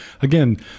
again